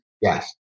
Yes